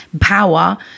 Power